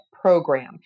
program